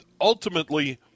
ultimately